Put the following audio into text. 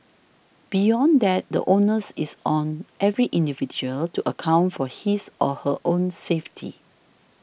beyond that the onus is on every individual to account for his or her own safety